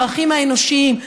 הערכים האנושיים,